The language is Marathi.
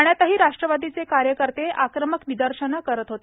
ठाण्यातही राष्ट्रवादीचे कार्यकर्ते आक्रमक निदर्शनं करत होते